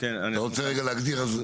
אתה רוצה רגע להגדיר?